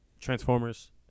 Transformers